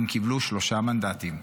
הם קיבלו שלושה מנדטים.